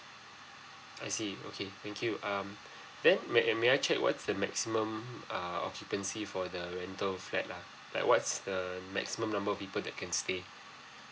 I see okay thank you um then may may I check what's the maximum err occupancy for the rental flat ah like what's the maximum number of people that can stay